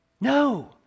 No